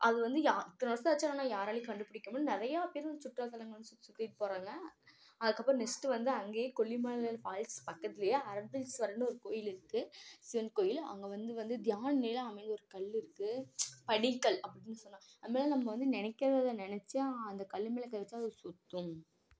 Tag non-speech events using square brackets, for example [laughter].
அது வந்து யா இத்தனை வர்ஷம் ஆச்சு ஆனால் யாராலேயும் கண்டுபிடிக்க முடில நிறையா பேர் அந்த சுற்றுலாத்தலங்கள் வந்து சுற்றி சுத்திவிட்டு போகிறாங்க அதுக்கப்புறம் நெக்ஸ்ட்டு வந்து அங்கேயே கொல்லிமல ஃபால்ஸ் பக்கத்துலேயே அறப்பளீஸ்வரர்னு ஒரு கோவில் இருக்குது சிவன் கோவில் அங்கே வந்து வந்து [unintelligible] அமைந்த ஒரு கல் இருக்குது படிக்கல் அப்படின்னு சொல்லாம் அந்தமாரி நம்ம வந்து நினைக்காதத நினைச்சி அந்த கல் மேலே கையை வெச்சால் அது சுற்றும்